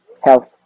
health